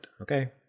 okay